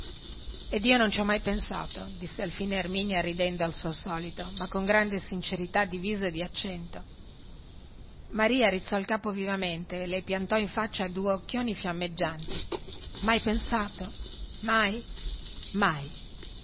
ed io non ci ho mai pensato disse alfine erminia ridendo al suo solito ma con grande sincerità di viso e di accento maria rizzò il capo vivamente e le piantò in faccia due occhioni fiammeggianti mai pensato mai mai